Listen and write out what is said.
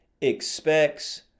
expects